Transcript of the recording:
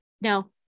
No